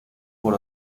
por